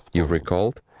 you have recalled.